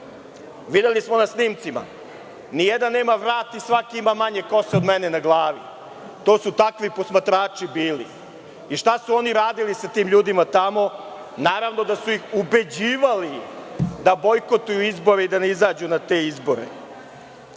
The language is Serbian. Videli smo na snimcima. Ni jedan nema vrat i svaki ima manje kose od mene na glavi. To su takvi posmatrači bili. Šta su oni radili sa tim ljudima tamo? Naravno da su ih ubeđivali da bojkotuju izbore i da ne izađu na te izbore. Bojkot